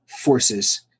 forces